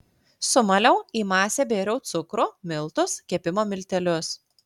sumaliau į masę bėriau cukrų miltus kepimo miltelius